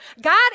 God